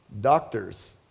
doctors